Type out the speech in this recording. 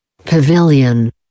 Pavilion